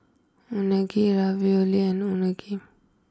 Unagi Ravioli and Unagi